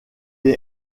est